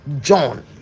john